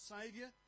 savior